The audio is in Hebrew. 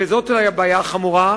וזו הבעיה החמורה,